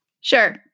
Sure